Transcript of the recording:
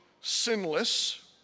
sinless